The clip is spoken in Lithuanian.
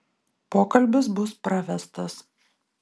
pokalbis bus pravestas